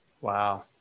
Wow